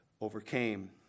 overcame